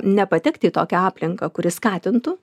nepatekti į tokią aplinką kuri skatintų